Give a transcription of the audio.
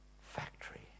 factory